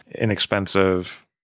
inexpensive